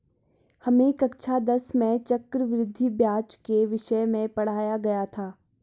हमें कक्षा दस में चक्रवृद्धि ब्याज के विषय में पढ़ाया गया था